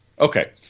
Okay